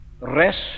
rest